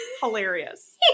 hilarious